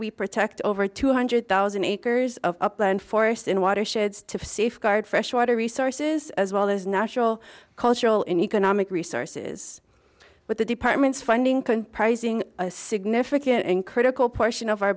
we protect over two hundred thousand acres of upland forest in watersheds to safeguard fresh water resources as well as national cultural and economic resources but the department's funding can prizing a significant and critical portion of our